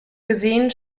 gesehen